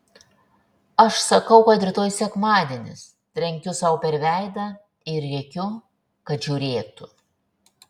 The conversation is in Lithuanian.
aš sakau kad rytoj sekmadienis trenkiu sau per veidą ir rėkiu kad žiūrėtų